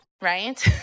right